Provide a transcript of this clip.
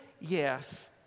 Yes